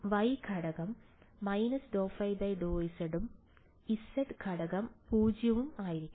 y ഘടകം − ∂ϕ∂x ഉം z ഘടകം 0 ഉം ആയിരിക്കും